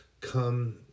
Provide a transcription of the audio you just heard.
come